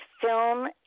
Film